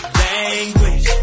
language